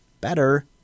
better